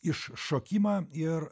iššokimą ir